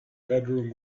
bedroom